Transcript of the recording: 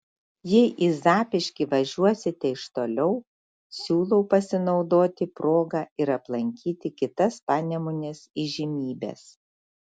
jei į zapyškį važiuosite iš toliau siūlau pasinaudoti proga ir aplankyti kitas panemunės įžymybes